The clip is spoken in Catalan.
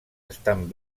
estan